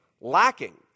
lacking